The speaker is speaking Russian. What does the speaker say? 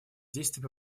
действий